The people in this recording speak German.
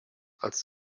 als